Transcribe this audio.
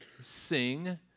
sing